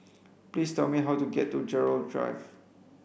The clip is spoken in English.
please tell me how to get to Gerald Drive